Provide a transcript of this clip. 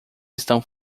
estão